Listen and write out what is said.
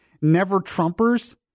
never-Trumpers